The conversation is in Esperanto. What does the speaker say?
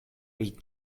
pri